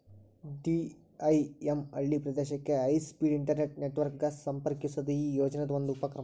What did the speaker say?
DIM ಹಳ್ಳಿ ಪ್ರದೇಶಕ್ಕೆ high speed internet network ಗ ಸಂಪರ್ಕಿಸೋದು ಈ ಯೋಜನಿದ್ ಒಂದು ಉಪಕ್ರಮ